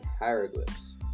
hieroglyphs